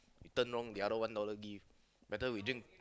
you turn wrong the other one dollar give better we drink